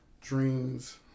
Dreams